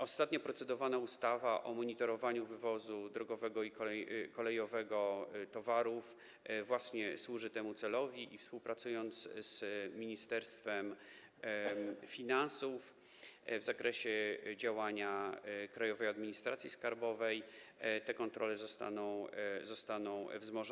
Ostatnio procedowana ustawa o monitorowaniu wywozu drogowego i kolejowego towarów służy właśnie temu celowi i przy współpracy z Ministerstwem Finansów w zakresie działania Krajowej Administracji Skarbowej te kontrole zostaną wzmożone.